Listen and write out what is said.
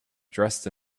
dressed